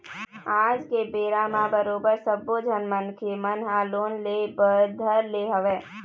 आज के बेरा म बरोबर सब्बो झन मनखे मन ह लोन ले बर धर ले हवय